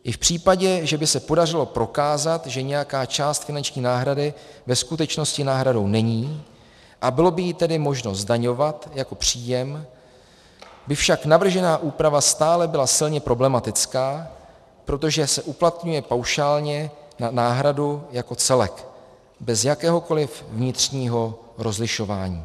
I v případě, že by se podařilo prokázat, že nějaká část finanční náhrady ve skutečnosti náhradou není, a bylo by ji tedy možno zdaňovat jako příjem, by však navržená úprava stále byla silně problematická, protože se uplatňuje paušálně na náhradu jako celek, bez jakéhokoli vnitřního rozlišování.